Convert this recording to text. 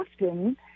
often